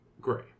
Gray